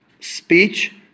Speech